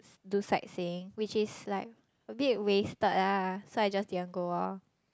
do sightseeing which is like a bit wasted lah so I just didn't go orh